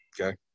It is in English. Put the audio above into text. okay